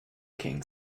king